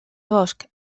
bosc